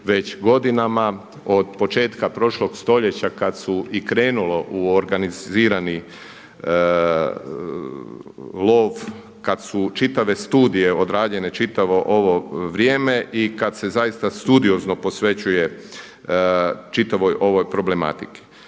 već godinama od početka prošlog stoljeća kada su i krenulo u organizirani lov kada su čitave studije odrađene, čitavo ovo vrijeme i kada se zaista studiozno posvećuje čitavoj ovoj problematici.